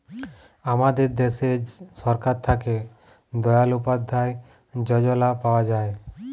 আমাদের দ্যাশে সরকার থ্যাকে দয়াল উপাদ্ধায় যজলা পাওয়া যায়